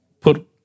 put